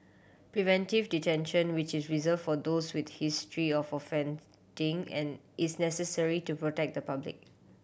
preventive detention which is reserve for those with a history of offending and is necessary to protect the public